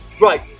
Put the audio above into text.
Right